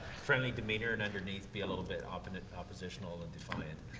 friendly demeanor, and underneath be a little bit oppin oppositional and defiant,